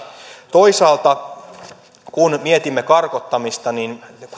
toisaalta kun mietimme karkottamista niin